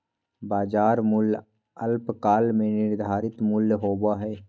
बाजार मूल्य अल्पकाल में निर्धारित मूल्य होबो हइ